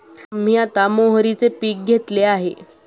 आम्ही आता मोहरीचे पीक घेतले आहे